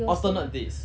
alternate days